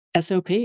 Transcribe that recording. SOP